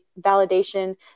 validation